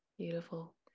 Beautiful